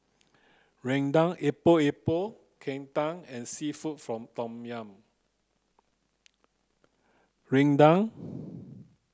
Rendang Epok Epok Kentang and seafood from tom yum Rendang